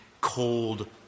cold